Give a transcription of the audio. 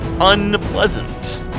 unpleasant